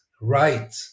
right